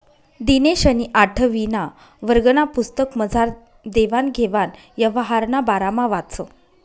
दिनेशनी आठवीना वर्गना पुस्तकमझार देवान घेवान यवहारना बारामा वाचं